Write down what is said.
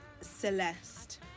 Celeste